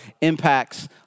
impacts